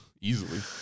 easily